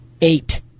eight